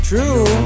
True